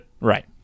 Right